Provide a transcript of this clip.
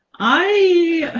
i